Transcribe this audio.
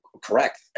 Correct